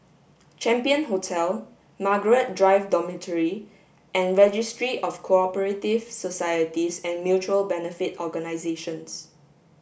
Champion Hotel Margaret Drive Dormitory and Registry of Co operative Societies and Mutual Benefit Organisations